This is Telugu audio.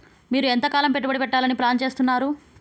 మీరు ఎంతకాలం పెట్టుబడి పెట్టాలని ప్లాన్ చేస్తున్నారు?